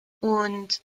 und